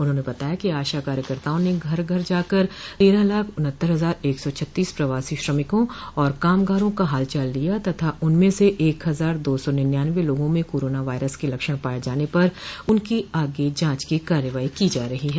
उन्होंने बताया कि आशा कार्यकर्ताओं ने घर घर जाकर तेरह लाख उन्हत्तर हजार एक सौ छत्तीस प्रवासी श्रमिकों और कामगारों का हालचाल लिया तथा उनमें से एक हजार दो सौ निन्यान्वे लोगों में करोना वायरस के लक्षण पाये जाने पर उनकी आगे की जांच की कार्रवाई की जा रही है